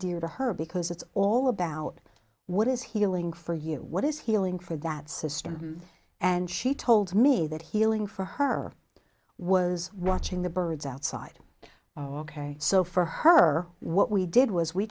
dear to her because it's all about what is healing for you what is healing for that system and she told me that healing for her was watching the birds outside ok so for her what we did was we